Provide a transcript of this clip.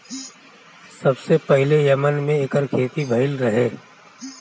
सबसे पहिले यमन में एकर खेती भइल रहे